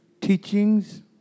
teachings